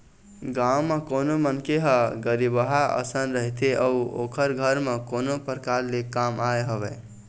गाँव म कोनो मनखे ह गरीबहा असन रहिथे अउ ओखर घर म कोनो परकार ले काम आय हवय